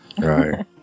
Right